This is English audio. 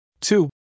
Two